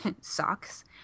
Socks